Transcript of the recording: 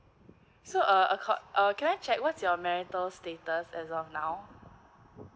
so err err can I check what's your marital status as of now